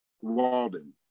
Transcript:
Walden